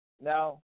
Now